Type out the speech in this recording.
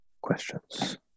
questions